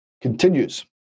continues